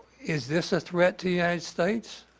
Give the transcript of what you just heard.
is this a threat to united states?